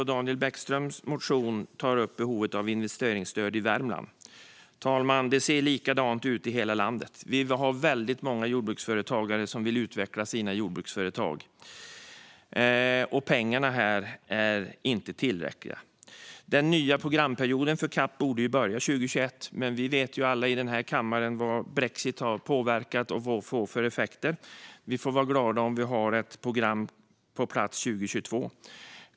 I Daniel Bäckströms motion tas behovet av investeringsstöd i Värmland upp. Fru talman! Det ser likadant ut i hela landet. Vi har många jordbruksföretagare som vill utveckla sina företag, och pengarna är inte tillräckliga. Den nya programperioden för CAP borde börja 2021, men vi vet ju alla i den här kammaren hur brexit har påverkat och vad det får för effekter. Vi får vara glada om vi har ett program på plats 2022.